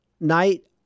night